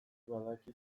badaki